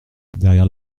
derrière